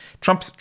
Trump